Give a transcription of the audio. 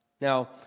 Now